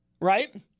right